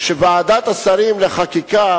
שוועדת שרים לחקיקה